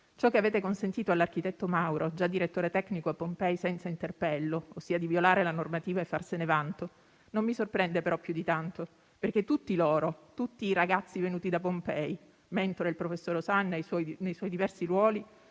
Ciò che avete consentito all'architetto Mauro, già direttore tecnico a Pompei senza interpello, ossia di violare la normativa e farsene vanto, ma non mi sorprende più di tanto perché tutti loro, tutti i ragazzi venuti da Pompei, mentore il professor Osanna nei suoi diversi ruoli,